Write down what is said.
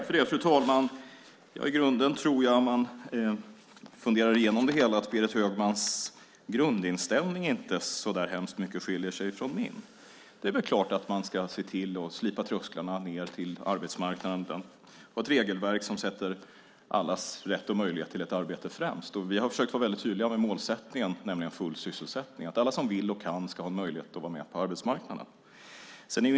Fru talman! Jag tror att Berit Högmans grundinställning egentligen inte skiljer sig så hemskt mycket från min. Det är väl klart att man ska se till att slipa ned trösklarna till arbetsmarknaden och ha ett regelverk som sätter allas rätt och möjlighet till ett arbete främst. Vi har försökt vara väldigt tydliga med målsättningen, nämligen full sysselsättning. Alla som vill och kan ska ha möjlighet att vara med på arbetsmarknaden.